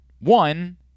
One